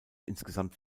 insgesamt